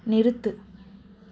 நிறுத்து